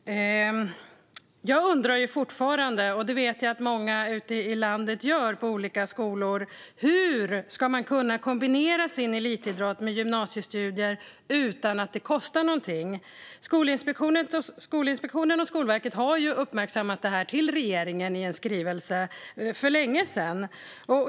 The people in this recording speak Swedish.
Fru talman! Jag undrar fortfarande, och det vet jag att också många på olika skolor ute i landet gör, hur man ska kunna kombinera sin elitidrott med gymnasiestudier utan att det kostar någonting. Skolinspektionen och Skolverket har för länge sedan uppmärksammat regeringen på detta i en skrivelse.